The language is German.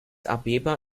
abeba